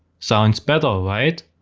sounds better, right?